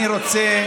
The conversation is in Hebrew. רוצה,